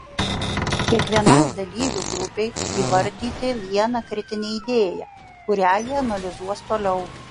kiekvienai dalyvių grupei įvardyti vieną kritinę idėją kurią jie analizuos toliau